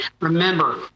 remember